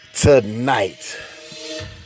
Tonight